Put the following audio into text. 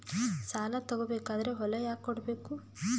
ಸಾಲ ತಗೋ ಬೇಕಾದ್ರೆ ಹೊಲ ಯಾಕ ಕೊಡಬೇಕು?